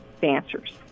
dancers